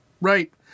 right